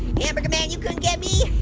hamburger man you couldn't get me.